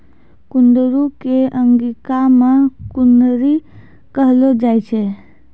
कुंदरू कॅ अंगिका मॅ कुनरी कहलो जाय छै